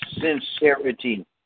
sincerity